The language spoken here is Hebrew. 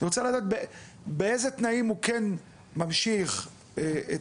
אני רוצה לדעת באיזה תנאים הוא ממשיך את